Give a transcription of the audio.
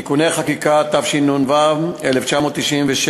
(תיקוני חקיקה), התשנ"ו 1996,